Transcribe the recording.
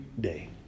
day